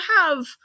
have-